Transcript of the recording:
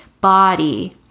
body